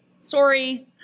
Sorry